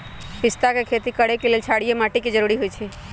पिस्ता के खेती करय लेल क्षारीय माटी के जरूरी होई छै